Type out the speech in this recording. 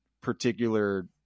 particular